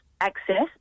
access